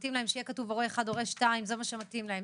שמתאים להם שיהיה כתוב "הורה 1" ו"הורה 2" זה מה שמתאים להן,